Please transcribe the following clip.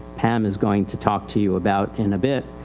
pam is going to talk to you about in a bit.